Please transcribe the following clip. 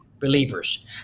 believers